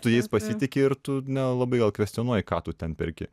tu jais pasitiki ir tu nelabai gal kvestionuoji ką tu ten perki